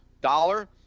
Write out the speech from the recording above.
dollar